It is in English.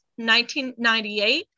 1998